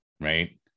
Right